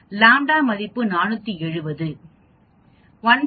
λ மதிப்பு 470 √470 21